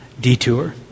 detour